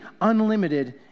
unlimited